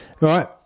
Right